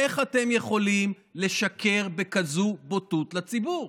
איך אתם יכולים לשקר בכזאת בוטות לציבור?